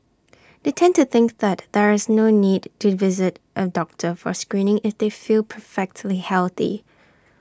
they tend to think that there is no need to visit A doctor for screening if they feel perfectly healthy